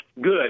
Good